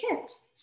kids